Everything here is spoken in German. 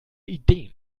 ideen